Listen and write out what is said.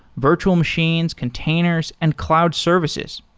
virtual machines, containers and cloud services.